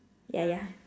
ya ya